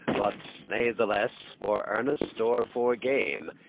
but natheless, for earnest or for game,